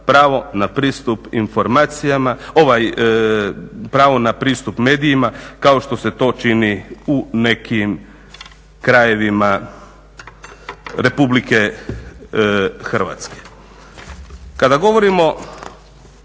pravo na pristup medijima, kao što se to čini u nekim krajevima Republike Hrvatske. Kada govorimo